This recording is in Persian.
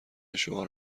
شعار